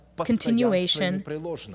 continuation